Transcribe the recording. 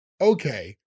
okay